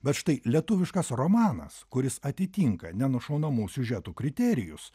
bet štai lietuviškas romanas kuris atitinka nenušaunamų siužetų kriterijus